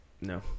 no